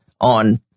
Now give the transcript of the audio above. on